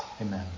amen